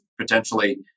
potentially